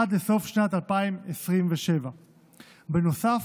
עד לסוף שנת 2027. בנוסף,